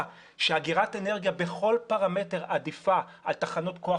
שאגירת אנרגיה בכל פרמטר עדיפה על תחנות כוח